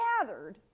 gathered